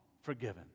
forgiven